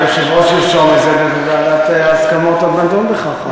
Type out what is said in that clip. היושב-ראש ירשום את זה ובוועדת ההסכמות עוד נדון בכך.